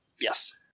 Yes